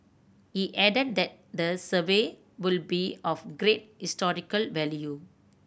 he added that the survey would be of great historical value